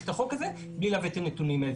את החוק הזה בלי להביא את הנתונים האלה.